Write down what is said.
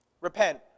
Repent